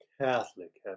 Catholic